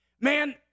Man